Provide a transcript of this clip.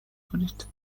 کنید